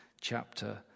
chapter